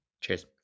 cheers